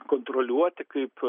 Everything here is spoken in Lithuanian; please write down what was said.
kontroliuoti kaip